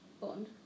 bond